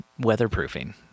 weatherproofing